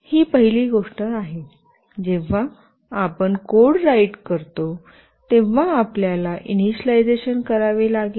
ही पहिली गोष्ट आहे जेव्हा आपण कोड राइट करतो तेव्हा आपल्याला इनिशियलायझेशन करावे लागेल